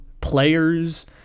players